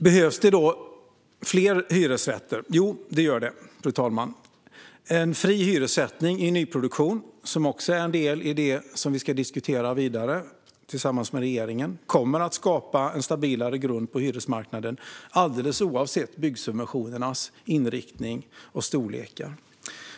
Behövs det fler hyresrätter? Ja, det gör det, fru talman. En fri hyressättning i nyproduktion, som är en del i det som vi ska diskutera vidare tillsammans med regeringen, kommer att skapa en stabilare grund på hyresmarknaden alldeles oavsett byggsubventionernas inriktning och storlek.